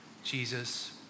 Jesus